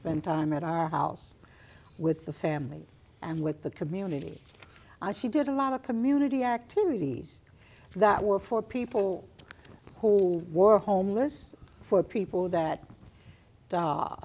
spent time at our house with the family and with the community i she did a lot of community activities that were for people who were homeless for people that